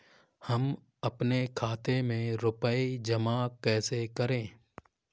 हम अपने खाते में रुपए जमा कैसे करें?